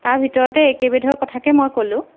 তাৰ ভিতৰতে এই কেইবিধৰ কথাকে মই ক'লোঁ